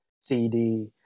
CD